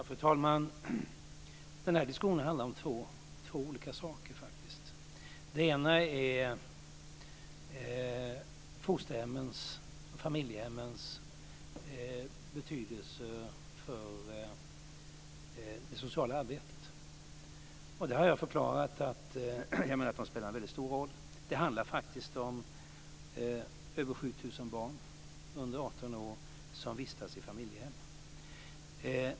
Fru talman! Den här diskussionen handlar faktiskt om två olika saker. Den ena är fosterhemmens och familjehemmens betydelse för det sociala arbetet, och jag har då förklarat att jag menar att de spelar en väldigt stor roll. Det handlar faktiskt om över 7 000 barn under 18 år som vistas i familjehem.